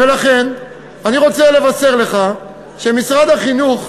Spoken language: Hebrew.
ולכן, אני רוצה לבשר לך שמשרד החינוך,